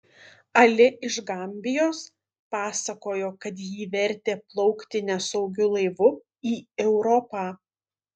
ali iš gambijos pasakojo kad jį vertė plaukti nesaugiu laivu į europą